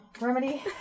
Remedy